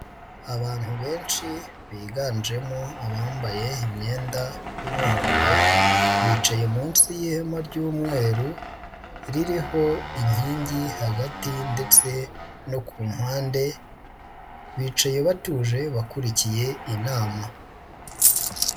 Abantu benshi biganjemo abambaye imyenda y'umuhondo, bicaye munsi y'ihema ry'umweru ririho inkingi hagati ndetse no ku mpande, bicaye batuje bakurikiye inama.